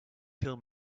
kill